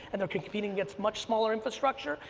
and they're competing gets much smaller infrastructure,